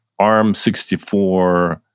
ARM64